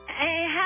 Hey